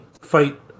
fight